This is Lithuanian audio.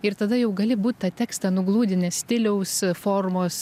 ir tada jau gali būt tą tekstą nuglūdinęs stiliaus formos